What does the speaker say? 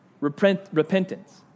repentance